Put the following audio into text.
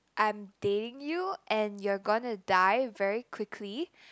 I'm dating you and you're gonna die very quickly